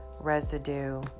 residue